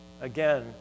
Again